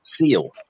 seal